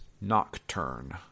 Nocturne